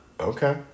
Okay